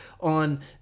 on